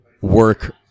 work